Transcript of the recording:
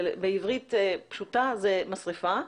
בעברית פשוטה זה משרפה,